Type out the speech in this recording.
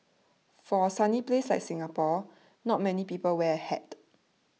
for a sunny place like Singapore not many people wear a hat